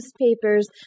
newspapers